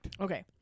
Okay